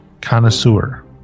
connoisseur